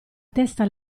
testa